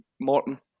Morton